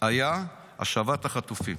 היה השבת החטופים.